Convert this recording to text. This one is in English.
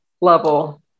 level